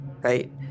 right